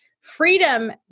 Freedom